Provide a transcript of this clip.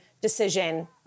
decision